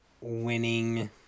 winning